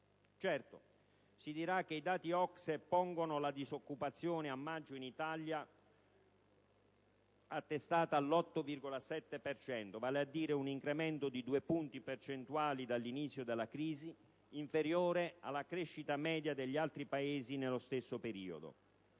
Certo, si dirà che i dati OCSE pongono la disoccupazione, a maggio in Italia, attestata all'8,7 per cento, vale a dire un incremento di 2 punti percentuali dall'inizio della crisi, inferiore alla crescita media degli altri Paesi nello stesso periodo.